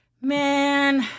man